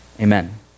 Amen